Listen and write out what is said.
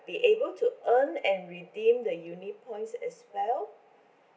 be able to earn and redeem the uni points as well